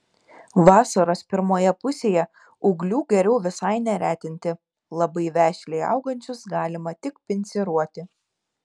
vasaros pirmoje pusėje ūglių geriau visai neretinti labai vešliai augančius galima tik pinciruoti